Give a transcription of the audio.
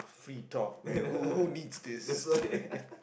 free talk man who who who needs this man